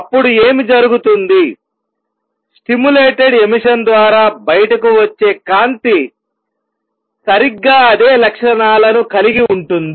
అప్పుడు ఏమి జరుగుతుంది స్టిములేటెడ్ ఎమిషన్ ద్వారా బయటకు వచ్చే కాంతి సరిగ్గా అదే లక్షణాలను కలిగి ఉంటుంది